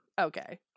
Okay